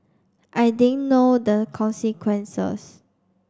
I didn't know the consequences